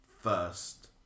first